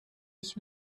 ich